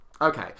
Okay